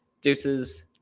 Deuces